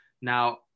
now